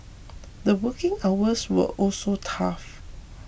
the working hours were also tough